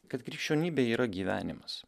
kad krikščionybė yra gyvenimas